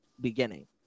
beginning